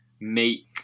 make